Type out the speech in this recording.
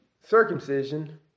circumcision